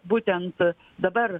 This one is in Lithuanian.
būtent dabar